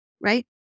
right